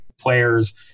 players